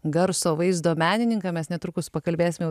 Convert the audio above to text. garso vaizdo menininką mes netrukus pakalbėsim jau